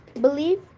believe